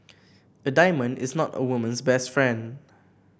a diamond is not a woman's best friend